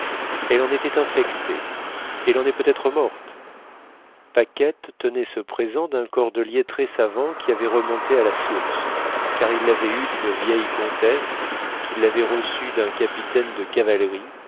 elle en était infectée elle en est peut-être morte paquette tenait ce présent d'un cordelier très savant qui avait remonté à la source car il l'avait eu d'une vieille comtesse qui l'avait reçu d'un capitaine de cavalerie